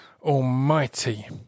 almighty